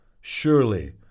surely